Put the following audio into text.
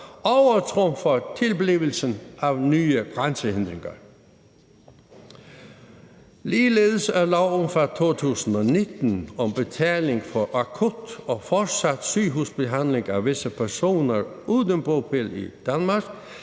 og medfører nye grænsehindringer. Ligeledes er loven fra 2019 om betaling for akut og fortsat sygehusbehandling af visse personer uden bopæl i Danmark